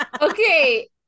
okay